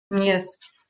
Yes